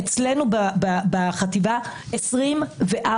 רחב --- היה פיגוע בנווה יעקב לפני חצי שנה